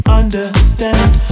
understand